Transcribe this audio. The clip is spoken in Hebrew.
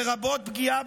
לרבות פגיעה,